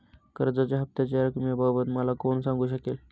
कर्जाच्या हफ्त्याच्या रक्कमेबाबत मला कोण सांगू शकेल?